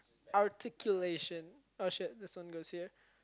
articulation oh shit this one goes here